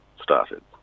started